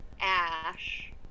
Ash